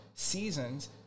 seasons